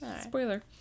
Spoiler